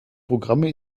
programme